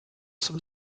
zum